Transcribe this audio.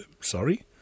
Sorry